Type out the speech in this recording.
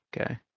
Okay